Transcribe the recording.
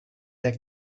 der